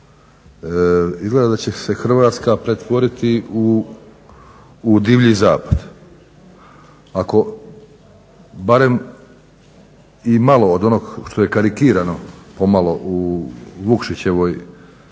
izgleda da će se Hrvatska pretvoriti u divlji zapad. Ako barem i malo od onog što je karikirano pomalo u Vukšićevoj